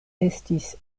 estis